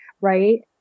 right